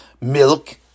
Milk